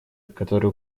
которые